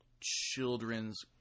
children's